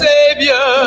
Savior